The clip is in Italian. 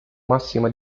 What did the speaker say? massima